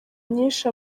nyinshi